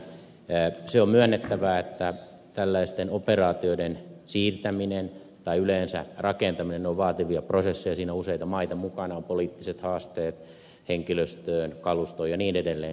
se on myönnettävä että tällaisten operaatioiden siirtäminen tai yleensä rakentaminen on vaativa prosessi siinä on useita maita mukana on poliittiset haasteet henkilöstö kalusto ja niin edelleen